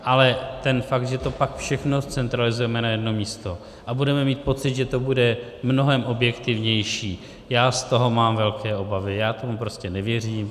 Ale ten fakt, že to pak všechno zcentralizujeme na jedno místo a budeme mít pocit, že to bude mnohem objektivnější, já z toho mám velké obavy, já tomu prostě nevěřím.